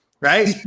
Right